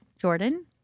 Jordan